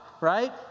right